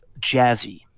jazzy